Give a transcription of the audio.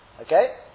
Okay